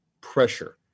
pressure